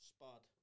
Spud